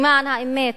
למען האמת,